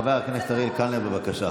חבר הכנסת אריאל קלנר, בבקשה.